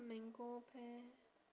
mango pear